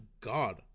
god